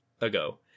ago